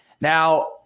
now